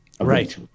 right